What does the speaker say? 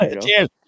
Cheers